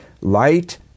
light